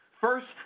First